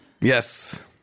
Yes